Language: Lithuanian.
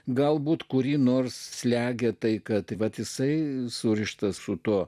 galbūt kurį nors slegia tai kad vat jisai surištas su tuo